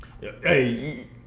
hey